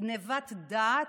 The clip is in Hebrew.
גנבת דעת.